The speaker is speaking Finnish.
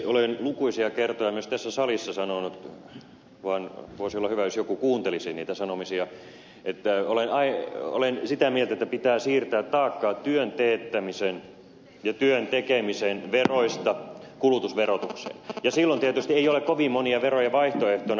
olen lukuisia kertoja myös tässä salissa sanonut voisi olla hyvä jos joku kuuntelisi niitä sanomisia että olen sitä mieltä että pitää siirtää taakkaa työn teettämisen ja työn tekemisen veroista kulutusverotukseen ja silloin tietysti ei ole kovin monia veroja vaihtoehtona